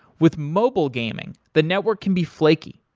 with mobile gaming, the network can be flaky.